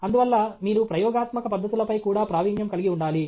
అందువల్ల మీరు ప్రయోగాత్మక పద్ధతులపై కూడా ప్రావీణ్యం కలిగి ఉండాలి